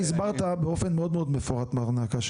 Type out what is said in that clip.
אתה הסברת באופן מאוד מפורט מר נקש,